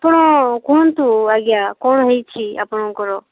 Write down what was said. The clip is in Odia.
ଆପଣ କୁହନ୍ତୁ ଆଜ୍ଞା କ'ଣ ହେଇଛି ଆପଣଙ୍କର